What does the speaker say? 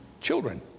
children